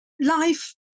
life